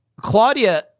Claudia